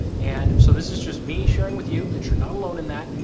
and so this is just me sharing with you that you're not alone in that.